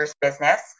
business